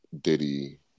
Diddy